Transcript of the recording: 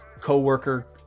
coworker